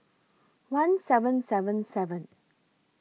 one seven seven seven